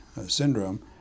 syndrome